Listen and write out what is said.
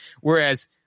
whereas